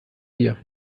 dir